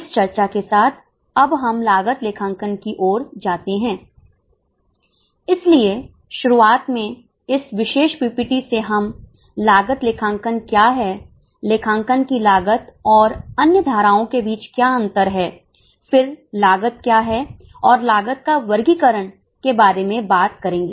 इस चर्चा के साथ अब हम लागत लेखांकन की ओर जाते हैं इसलिए शुरुआत में इस विशेष पीपीटी से हम लागत लेखांकन क्या है लेखांकन की लागत और अन्य धाराओं के बीच क्या अंतर है फिर लागत क्या है और लागतो के वर्गीकरण के बारे में बात करेंगे